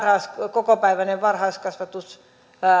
kokopäiväinen varhaiskasvatus